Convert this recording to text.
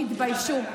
תתביישו.